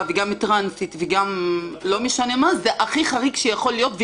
וגם טרנסית וגם בדואית זה הכי חריג שיכול להיות.